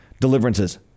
deliverances